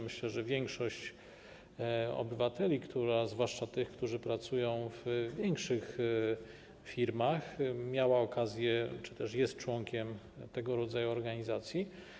Myślę, że większość obywateli - zwłaszcza tych, którzy pracują w większych firmach - miała okazję korzystać z kas czy też jest członkiem tego rodzaju organizacji.